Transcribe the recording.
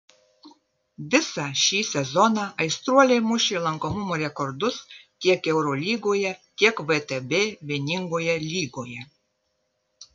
visą šį sezoną aistruoliai mušė lankomumo rekordus tiek eurolygoje tiek vtb vieningoje lygoje